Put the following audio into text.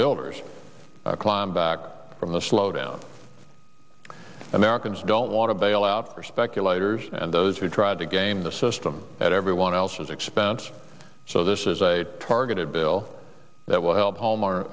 builders climb back from the slowdown americans don't want to bail out for speculators and those who try to game the system at everyone else's expense so this is a targeted bill that will help home